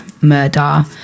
murder